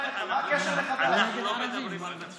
אבל מה הקשר לחבר כנסת חדש?